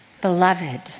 beloved